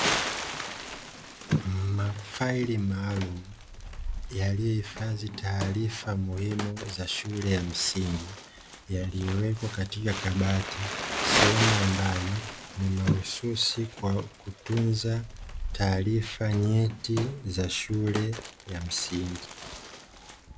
Mafaili maalumu, yaliyohifadhi taarifa muhimu za shule ya msingi, yaliyowekwa katika kabati. Sehemu ambayo ni mahususi kwa kutunza taarifa nyeti za shule ya msingi.